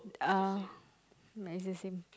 uh yeah it's the same